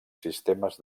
sistemes